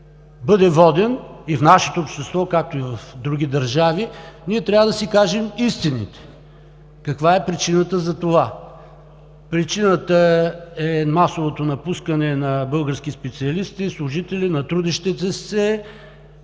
обществото, и в нашето общество, както и в други държави, трябва да си кажем истината – каква е причината за това. Причината е масовото напускане на български специалисти, служители, на трудещите се,